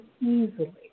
easily